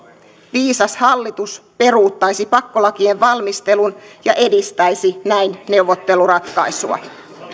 viisas hallitus peruuttaisi pakkolakien valmistelun ja edistäisi näin neuvotteluratkaisua